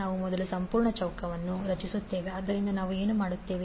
ನಾವು ಮೊದಲು ಸಂಪೂರ್ಣ ಚೌಕವನ್ನು ರಚಿಸುತ್ತೇವೆ ಆದ್ದರಿಂದ ನಾವು ಏನು ಮಾಡುತ್ತೇವೆ